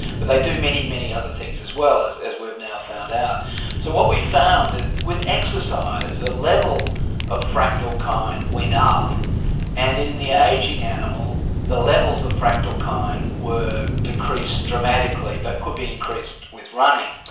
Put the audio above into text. but they do many, many other things as well as as we've now found out. so what we found was that with exercise the levels of fractalkine went up and in the ageing animal the levels of fractalkine were decreased dramatically but could be increased with running.